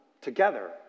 together